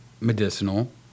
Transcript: medicinal